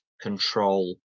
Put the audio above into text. control